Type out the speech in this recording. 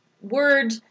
word